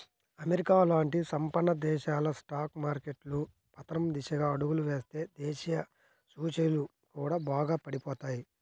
America లాంటి సంపన్న దేశాల స్టాక్ మార్కెట్లు పతనం దిశగా అడుగులు వేస్తే దేశీయ సూచీలు కూడా బాగా పడిపోతాయి